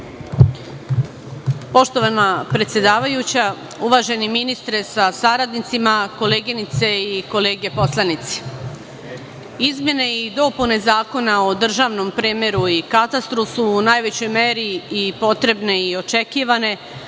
Poštovana predsedavajuća, uvaženi ministre sa saradnicima, koleginice i kolege poslanici, izmene i dopune Zakona o državnom premeru i katastru su u najvećoj meri i potrebne i očekivane,